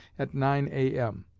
at nine a m.